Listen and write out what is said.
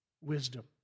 wisdom